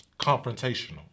confrontational